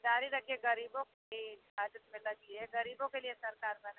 गाड़ी रखिए गरीबों की लगी है गरीबों के लिए सरकार बनाई है ना